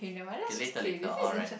okay later later alright